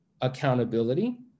accountability